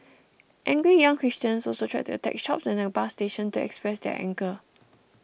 angry young Christians also tried to attack shops and a bus station to express their anger